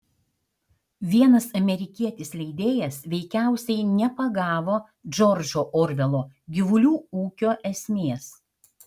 vienas amerikietis leidėjas veikiausiai nepagavo džordžo orvelo gyvulių ūkio esmės